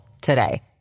today